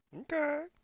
Okay